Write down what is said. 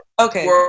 okay